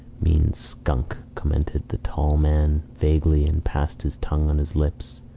mean skunk! commented the tall man, vaguely, and passed his tongue on his lips.